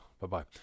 Bye-bye